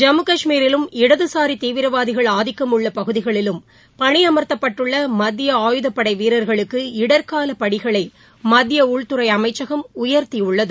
ஜம்மு காஷ்மீரிலும் இடதுசாரி தீவிரவாதிகள் ஆதிக்கம் உள்ள பகுதிகளிலும் பணி அமர்த்தப்பட்டுள்ள மத்திய ஆயுதப்படை வீரர்களுக்கு இடர்க்கால படிகளை மத்திய உள்துறை அமைச்சகம் உயர்த்தியுள்ளது